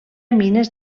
mines